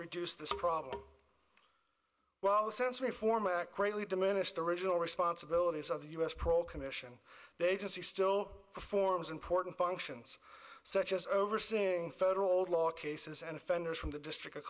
reduce this problem well the sensory format greatly diminished the original responsibilities of the us pro commission they just he still performs important functions such as overseeing federal law cases and offenders from the district of